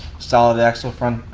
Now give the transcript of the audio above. solid axle front.